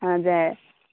हजुर